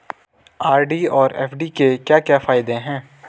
RD और FD के क्या क्या फायदे हैं?